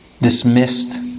dismissed